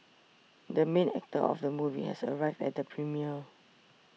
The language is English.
the main actor of the movie has arrived at the premiere